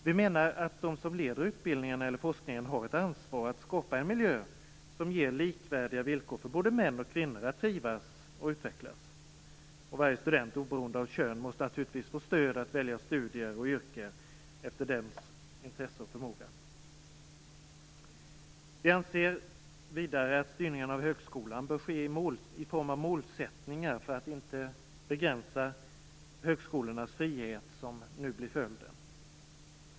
Vi menar att de som leder utbildningen eller forskningen har ett ansvar att skapa en miljö som ger likvärdiga villkor för både män och kvinnor att trivas och utvecklas. Varje student, oberoende av kön, måste naturligtvis få stöd i att välja studier och yrke efter intresse och förmåga. Vi anser vidare att styrningen av högskolan bör ske i form av målsättningar för att inte begränsa högskolornas frihet, som nu blir följden.